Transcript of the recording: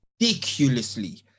ridiculously